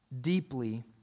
deeply